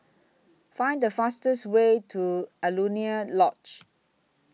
Find The fastest Way to Alaunia Lodge